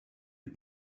est